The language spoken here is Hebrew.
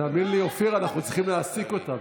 תאמין לי, אופיר, אנחנו צריכים להעסיק אותה.